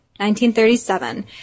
1937